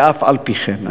ואף-על-פי-כן,